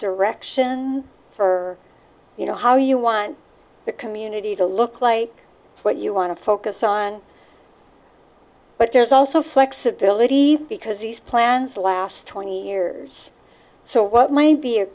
direction for you know how you want the community to look like what you want to focus on but there's also flexibility because these plans last twenty years so what might be a